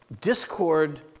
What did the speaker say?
Discord